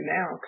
now